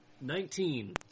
Nineteen